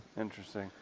interesting